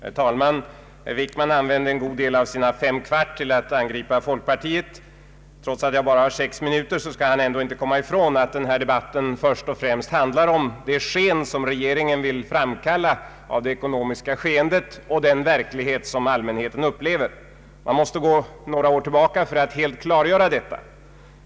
Herr talman! Herr Wickman använde en god del av sina fem kvart till att angripa folkpartiet. Trots att jag bara har sex minuter till förfogande skall han ändå inte komma ifrån att denna debatt först och främst handlar om det sken som regeringen vill framkalla av det ekonomiska skeendet och den verklighet som allmänheten upplever. Vi måste gå några år tillbaka för att helt klargöra detta.